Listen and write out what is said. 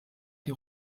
die